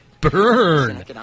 burn